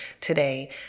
today